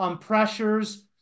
pressures